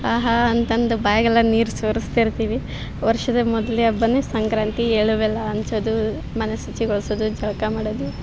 ಆಹಾ ಅಂತಂದು ಬಾಯಲೆಲ್ಲ ನೀರು ಸುರಿಸ್ತಿರ್ತೀವಿ ವರ್ಷದ ಮೊದಲ್ನೇ ಹಬ್ಬನೇ ಸಂಕ್ರಾಂತಿ ಎಳ್ಳು ಬೆಲ್ಲ ಹಂಚದು ಮನೆ ಶುಚಿಗೊಳ್ಸೋದು ಜಳಕ ಮಾಡೋದು